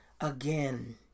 again